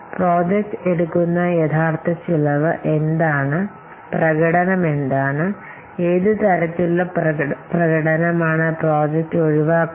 project എടുക്കുന്ന യഥാർത്ഥ ചെലവ് എന്താണ് പ്രകടനം എന്താണ് ഏത് തരത്തിലുള്ള പ്രകടനമാണ് പ്രോജക്റ്റ് ഒഴിവാക്കുന്നത്